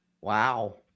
Wow